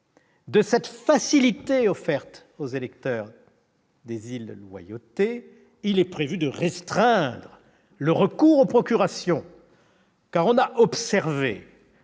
avec cette facilité offerte aux électeurs des îles, il est prévu de restreindre le recours aux procurations, dont on a observé